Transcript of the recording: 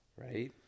right